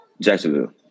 Jacksonville